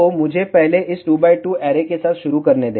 तो मुझे पहले इस 2 x 2 ऐरे के साथ शुरू करने दे